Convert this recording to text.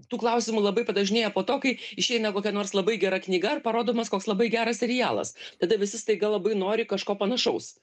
tų klausimų labai padažnėja po to kai išeina kokia nors labai gera knyga ar parodomas koks labai geras serialas tada visi staiga labai nori kažko panašaus